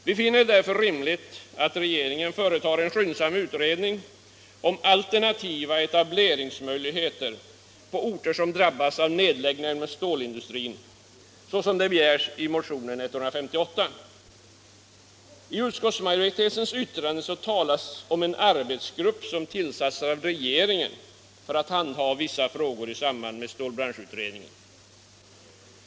Vi finner det där för rimligt att regeringen företar en skyndsam utredning om alternativa etableringsmöjligheter i orter som drabbas av nedläggningar inom stålindustrin, såsom begärs i motionen 158. I utskottsmajoritetens yttrande talas det om en arbetsgrupp som har tillsatts av regeringen för att handha vissa frågor i samband med stålbranschutredningen.